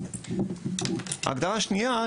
ההגדרה השנייה,